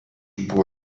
buvo